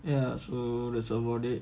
ya so that's about it